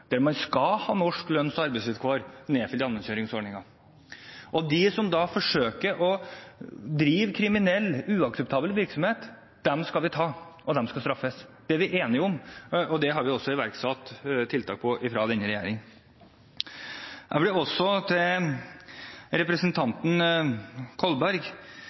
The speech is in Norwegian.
skal ha norske lønns- og arbeidsvilkår. Dette er nedfelt i allmenngjøringsordningen. Og de som forsøker å drive kriminell og uakseptabel virksomhet, skal vi ta, og de skal straffes. Det er vi enige om, og det har denne regjeringen også iverksatt tiltak